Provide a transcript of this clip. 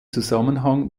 zusammenhang